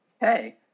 Hey